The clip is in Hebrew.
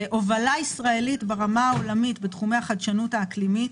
הובלה ישראלית ברמה העולמית בתחומי החדשנות האקלימית,